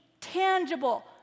tangible